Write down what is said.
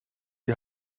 die